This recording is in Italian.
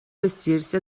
vestirsi